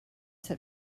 set